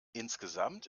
insgesamt